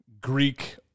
Greek